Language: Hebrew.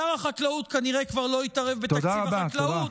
שר החקלאות כנראה כבר לא יתערב בתקציב החקלאות,